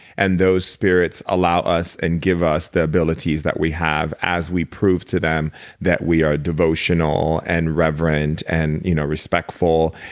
and those spirits allow us and give us the abilities that we have as prove to them that we are devotional and reverend, and you know respectful,